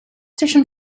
station